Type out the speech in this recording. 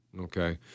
Okay